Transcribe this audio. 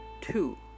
Two